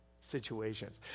situations